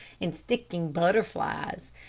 and sticking butterflies,